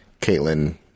Caitlyn